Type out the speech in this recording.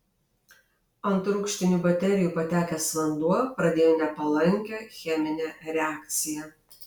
ant rūgštinių baterijų patekęs vanduo pradėjo nepalankę cheminę reakciją